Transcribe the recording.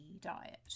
diet